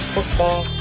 Football